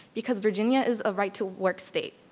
because virginia is a right-to-work state.